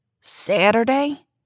Saturday